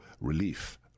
relief